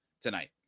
tonight